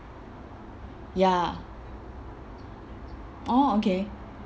ya orh okay